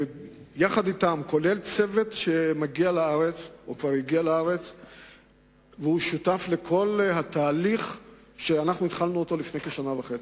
עם צוות שהגיע לארץ והוא שותף לכל התהליך שהתחלנו לפני כשנה וחצי.